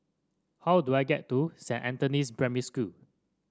how do I get to Saint Anthony's Primary School